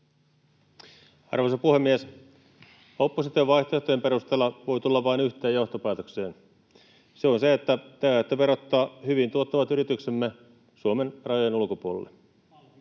Arvoisa puhemies! Opposition vaihtoehtojen perusteella voi tulla vain yhteen johtopäätökseen. Se on se, että te aiotte verottaa hyvin tuottavat yrityksemme Suomen rajojen ulkopuolelle.